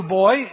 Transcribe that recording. boy